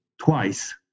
twice